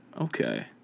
Okay